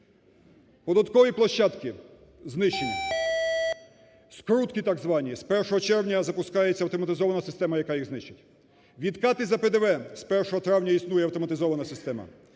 Податкові площадки знищені. Скрутки так звані. З 1 червня запускається автоматизована система, яка їх знищить. Відкати за ПДВ. З 1 травня існує автоматизована система.